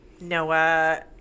Noah